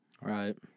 Right